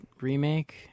remake